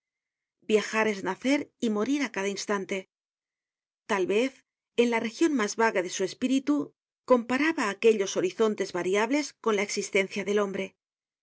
viajar es nacer y morir á cada instante tal vez en la region mas vaga de su espíritu comparaba aquellos horizontes variables con la existencia del hombre